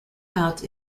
out